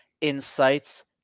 insights